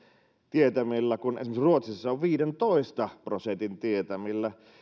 tietämillä kun esimerkiksi ruotsissa se on viidentoista prosentin tietämillä